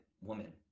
woman